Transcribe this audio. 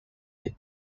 lake